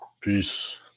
Peace